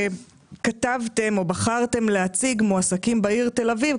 כתבתם או בחרתם להציג מועסקים בעיר תל אביב.